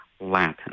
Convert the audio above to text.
Latin